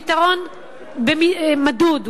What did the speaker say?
פתרון מדוד,